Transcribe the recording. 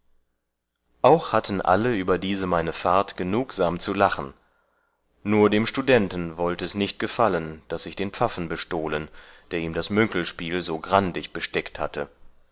auch hatten alle über diese meine fahrt genugsam zu lachen nur dem studenten wollte es nicht gefallen daß ich den pfaffen bestohlen der ihm das münkelspiel so grandig besteckt hatte